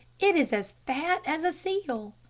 it is as fat as a seal.